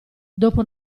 dopo